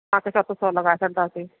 तव्हांखे सत सौ लॻाए छॾिंदासी